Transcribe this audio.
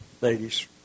ladies